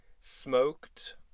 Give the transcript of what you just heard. smoked